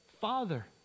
Father